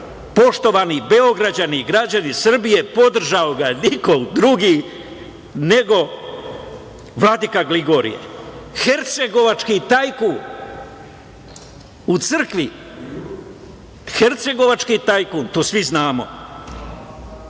poštovani Beograđani i građani Srbije, podržao ga je niko drugi nego vladika Grigorije, hercegovački tajkun u crkvi, hercegovački tajkun, to svi